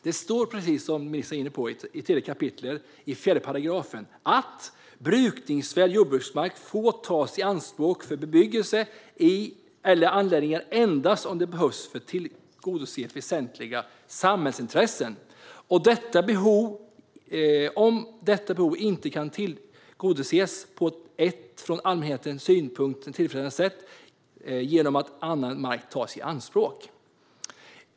Det står, precis som ministern var inne på, följande i 3 kap. 4 §: "Brukningsvärd jordbruksmark får tas i anspråk för bebyggelse eller anläggningar endast om det behövs för att tillgodose väsentliga samhällsintressen och detta behov inte kan tillgodoses på ett från allmän synpunkt tillfredsställande sätt genom att annan mark tas i anspråk."